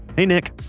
hey nick!